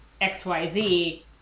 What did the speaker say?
xyz